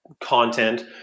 content